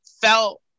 felt